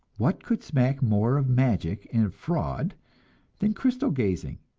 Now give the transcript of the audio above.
what could smack more of magic and fraud than crystal-gazing?